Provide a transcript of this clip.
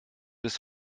des